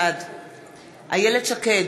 בעד איילת שקד,